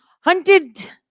Hunted